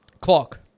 Clock